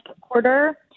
quarter